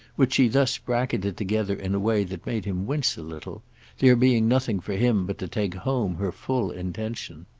which she thus bracketed together in a way that made him wince a little there being nothing for him but to take home her full intention.